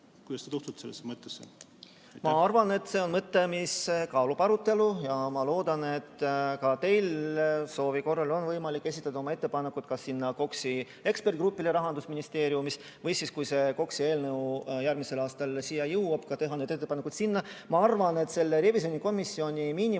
Ma arvan, et see on mõte, mis on väärt arutelu, ja ma loodan, et ka teil soovi korral on võimalik esitada oma ettepanekud kas KOKS-i ekspertgrupile Rahandusministeeriumis. Või siis saab, kui see KOKS-i eelnõu järgmisel aastal siia jõuab, teha need ettepanekud sinna. Ma arvan, et revisjonikomisjoni liikmete